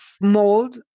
mold